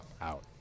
out